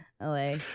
LA